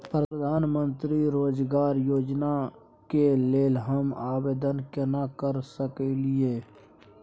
प्रधानमंत्री रोजगार योजना के लेल हम आवेदन केना कर सकलियै?